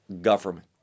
government